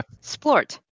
Sport